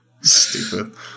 Stupid